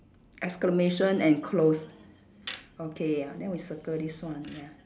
exclamation and close okay ya then we circle this one ya